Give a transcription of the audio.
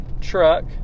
truck